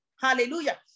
Hallelujah